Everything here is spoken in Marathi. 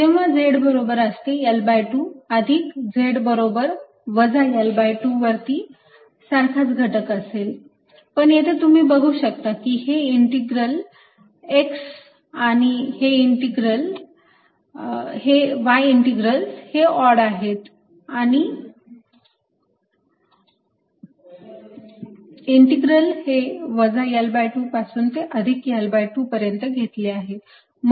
जेव्हा z बरोबर असते L2 अधिक z बरोबर वजा L2 वरती सारखाच घटक असेल पण येथे तुम्ही बघू शकता की हे इंटिग्रलस x आणि y इंटिग्रलस हे ऑड आहेत आणि इंटीग्रल हे वजा L2 पासून ते अधिक L2 पर्यंत घेतले आहे आहे